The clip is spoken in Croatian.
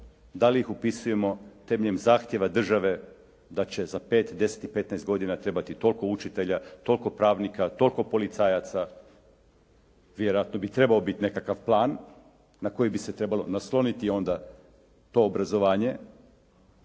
Da li ih upisujemo temeljem zahtjeva države da će za 5, 10 i 15 godina trebati toliko učitelja, toliko pravnika, toliko policajaca vjerojatno bi trebao biti nekakav plan na koji bi se trebalo nasloniti onda to obrazovanje.